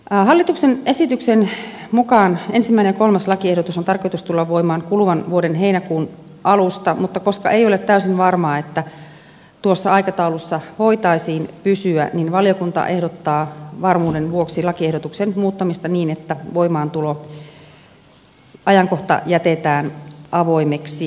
hallituksen esityksen mukaan ensimmäisen ja kolmannen lakiehdotuksen on tarkoitus tulla voimaan kuluvan vuoden heinäkuun alusta mutta koska ei ole täysin varmaa että tuossa aikataulussa voitaisiin pysyä niin valiokunta ehdottaa varmuuden vuoksi lakiehdotuksen muuttamista niin että voimaantuloajankohta jätetään avoimeksi